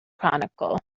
chronicle